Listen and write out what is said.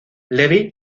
levy